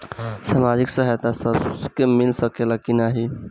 सामाजिक सहायता सबके मिल सकेला की नाहीं?